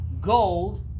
gold